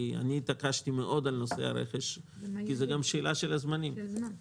אני התעקשתי מאוד על נושא הרכש כי זה גם שאלה של זמנים.